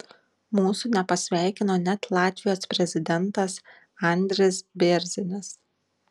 mūsų nepasveikino net latvijos prezidentas andris bėrzinis